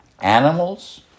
animals